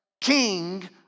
king